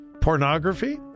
Pornography